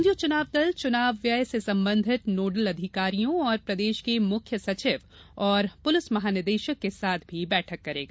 केंद्रीय चुनाव दल चुनाव व्यय से संबंधित नोडल अधिकारियों तथा प्रदेश के मुख्य सचिव और पुलिस महानिदेशक के साथ भी बैठक करेगा